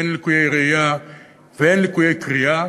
הן ליקויי ראייה והן ליקויי קריאה.